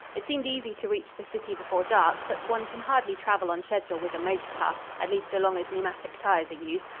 it seemed easy to reach the city before dark, but one can hardly travel on schedule with a motor car at least so long as pneumatic tires are used.